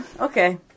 okay